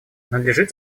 надлежит